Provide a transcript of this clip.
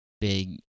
big